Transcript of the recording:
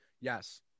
Yes